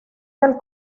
del